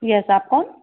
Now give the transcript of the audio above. yes आप कौन